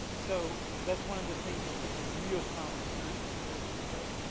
so that's one of the things that's that's a real common search surgery, right?